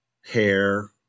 hair